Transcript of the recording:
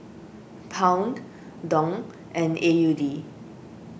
Pound Dong and A U D